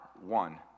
one